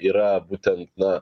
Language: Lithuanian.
yra būtent na